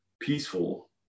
peaceful